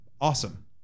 awesome